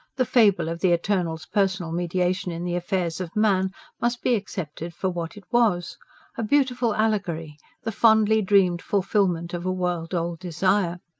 the fable of the eternal's personal mediation in the affairs of man must be accepted for what it was a beautiful allegory, the fondly dreamed fulfilment of a world-old desire.